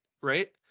right